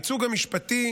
לייצוג המשפטי